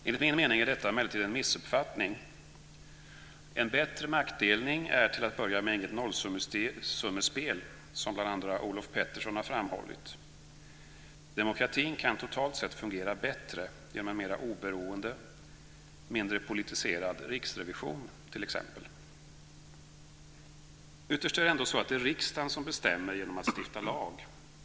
Enligt min mening är detta emellertid en missuppfattning. En bättre maktdelning är till att börja med inget nollsummespel, som bl.a. Olof Petersson har framhållit. Demokratin kan totalt sett fungera bättre genom t.ex. en mera oberoende, mindre politiserad riksrevision. Ytterst är det ändå riksdagen som bestämmer genom att stifta lag.